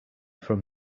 from